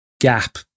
gap